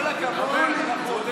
כל הכבוד.